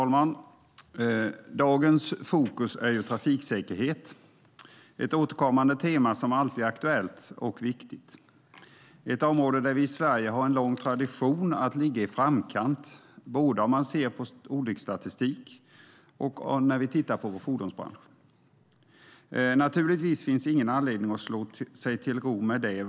Fru talman! Dagens fokus är trafiksäkerhet - ett återkommande tema som alltid är aktuellt och viktigt. Det är ett område där vi i Sverige har en lång tradition av att ligga i framkant, både om man ser till olycksstatistik och när vi tittar på fordonsbranschen. Naturligtvis finns det ingen anledning att slå sig till ro med det.